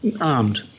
armed